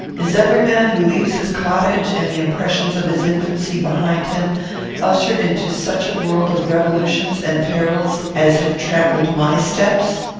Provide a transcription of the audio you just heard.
is every man who leaves his cottage and the impressions of his infancy behind him ushered into such a world of revolutions and perils as have trammelled my steps?